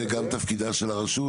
זה גם תפקידה של הרשות?